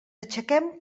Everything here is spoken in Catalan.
aixequem